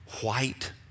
white